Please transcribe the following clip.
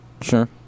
Sure